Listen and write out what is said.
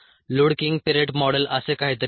Luedeking पिरेट model असे काहीतरी आहे